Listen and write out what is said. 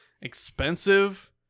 expensive